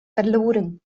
verloren